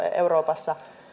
euroopassa